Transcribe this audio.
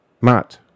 Matt